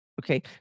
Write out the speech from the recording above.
Okay